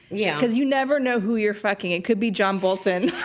yeah because you never know who you're fucking. it could be john bolton.